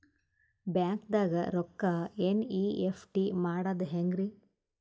ಬ್ಯಾಂಕ್ದಾಗ ರೊಕ್ಕ ಎನ್.ಇ.ಎಫ್.ಟಿ ಮಾಡದ ಹೆಂಗ್ರಿ?